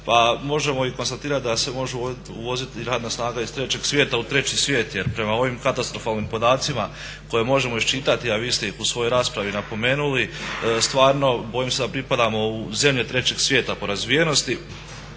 možemo i konstatirati da se može uvoziti i radna snaga iz trećeg svijeta u treći svijet, jer prema ovim katastrofalnim podacima koje možemo iščitati, a vi ste ih u svojoj raspravi napomenuli stvarno bojim se da pripadamo u zemlje trećeg svijeta po razvijenosti,